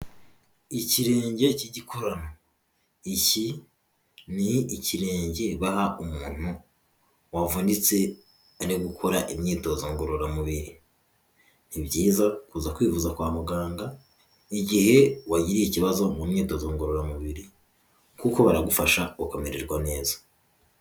Ikirenge cy'igikorano, iki ni ikirenge baha umuntu wavunitse ari gukora imyitozo ngororamubiri. Ni byiza kuza kwivuza kwa muganga, igihe wagiriye ikibazo mu myitozo ngororamubiri, kuko baragufasha ukamererwa neza.